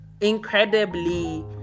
incredibly